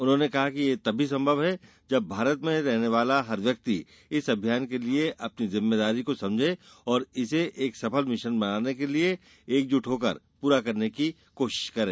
उन्होंने कहा कि यह तभी संभव है जब भारत में रहने वाला हर व्यक्ति इस अभियान के लिए अपनी जिम्मेदारी को समझे और इसे एक सफल मिशन बनाने के लिए एकजुट होकर पूरा करने की कोशिश करे